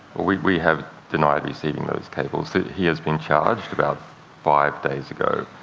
we have denied receiving those cables. he has been charged, about five days ago,